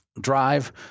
drive